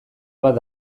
bat